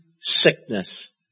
sickness